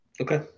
Okay